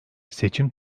seçim